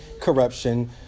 corruption